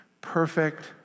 perfect